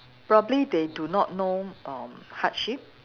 probably they do not know err hardship